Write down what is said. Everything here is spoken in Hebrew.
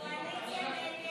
שלוש דקות, אדוני.